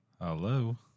Hello